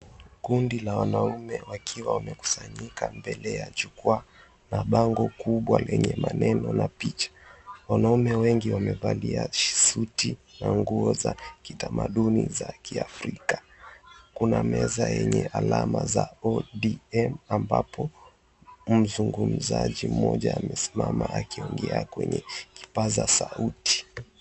Kundi la wanaume wakiwa wamekusanyika mbele ya jukwa na bango kubwa lenye maneno na picha. Wanaume wengi wamevalia suti na nguo za kitamaduni za Kiafrika. Kuna meza yenye alama za ODM ambapo mzungumzaji mmoja amesimama akiongea kwenye kipaza sauti.